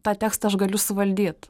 tą tekstą aš galiu suvaldyt